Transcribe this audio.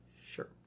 sure